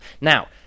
Now